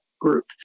group